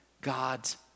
God's